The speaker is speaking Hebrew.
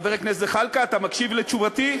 חבר הכנסת זחאלקה, אתה מקשיב לתשובתי?